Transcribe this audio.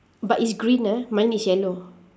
but it's green ah mine is yellow